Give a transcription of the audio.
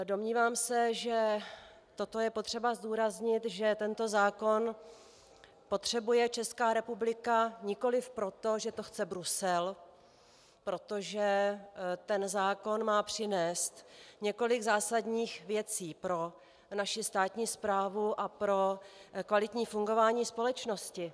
Domnívám se, že je potřeba zdůraznit, že tento zákon potřebuje Česká republika nikoliv proto, že to chce Brusel, protože ten zákon má přinést několik zásadních věcí pro naši státní správu a pro kvalitní fungování společnosti.